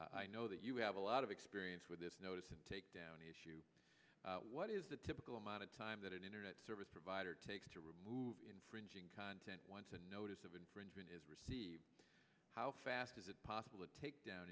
i know that you have a lot of experience with this notice and takedown issue what is the typical amount of time that an internet service provider takes to remove infringing content once a notice of infringement is how fast is it possible to take down